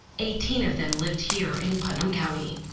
eighteen of them lived here in putnam county